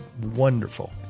wonderful